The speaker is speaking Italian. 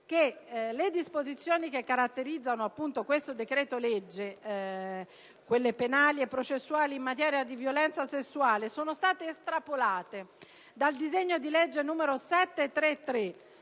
le disposizioni che caratterizzano questo decreto-legge (cioè quelle penali e processuali in materia di violenza sessuale) sono state estrapolate dal disegno di legge n. 733,